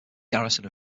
garrison